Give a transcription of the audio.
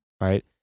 right